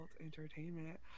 entertainment